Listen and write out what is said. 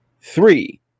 three